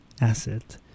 asset